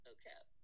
Okay